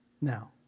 now